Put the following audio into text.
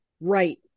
Right